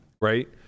right